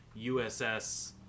USS